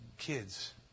kids